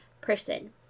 person